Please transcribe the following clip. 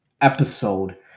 episode